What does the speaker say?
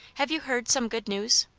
have you heard some good news?